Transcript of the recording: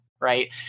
right